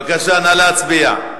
בבקשה, נא להצביע.